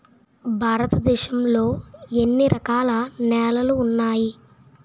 భారతదేశం లో ఎన్ని రకాల నేలలు ఉన్నాయి?